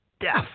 death